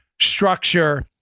structure